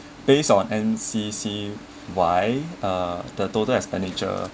based on N_C_C_Y uh the total expenditure